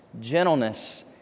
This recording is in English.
gentleness